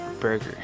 Burger